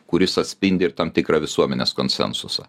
kuris atspindi ir tam tikrą visuomenės konsensusą